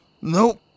Nope